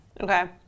Okay